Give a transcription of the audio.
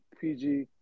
PG